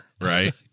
right